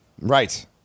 Right